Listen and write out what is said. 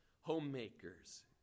homemakers